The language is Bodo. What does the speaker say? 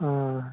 अह